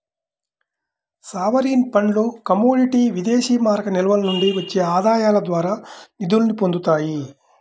sovereign ఫండ్లు commodity విదేశీమారక నిల్వల నుండి వచ్చే ఆదాయాల ద్వారా నిధుల్ని పొందుతాయి